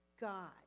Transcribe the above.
God